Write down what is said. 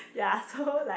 ya so like